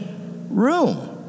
room